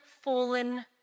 fallen